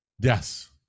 Yes